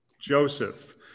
Joseph